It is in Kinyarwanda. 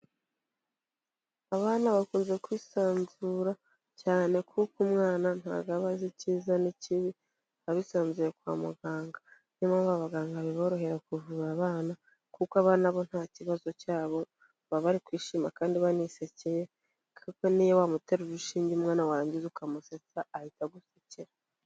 Abana bakunze kwisanzura cyane kuko umwana ntago aba azi icyiza n'ikibi, aba yisanzuye kwa muganga, niyo mpamvu abaganga biborohera kuvura abana, kuko abana bo nta kibazo cyabo, baba bari kwishima kandi banisekeye, kuko niyo wamutera urushinge umwana warangiza ukamusetsa ahita agusekera.